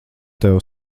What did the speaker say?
tev